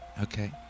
Okay